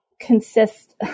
consist